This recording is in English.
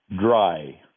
dry